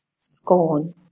scorn